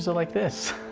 so like this.